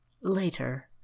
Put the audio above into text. Later